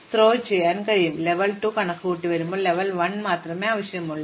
എപ്പോൾ ഞങ്ങൾക്ക് ലെവൽ 2 കണക്കുകൂട്ടേണ്ടിവരുമ്പോൾ നിങ്ങൾക്ക് ലെവൽ 1 മാത്രമേ ആവശ്യമുള്ളൂ